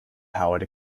powered